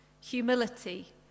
humility